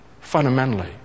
fundamentally